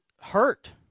hurt